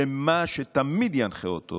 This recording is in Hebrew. שמה שתמיד ינחה אותו